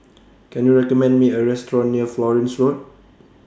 Can YOU recommend Me A Restaurant near Florence Road